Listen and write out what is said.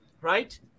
right